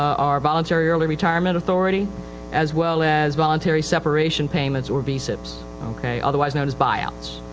are voluntary early retirement authority as well as voluntary separation payments or vsipis. okay, otherwise known as buyouts.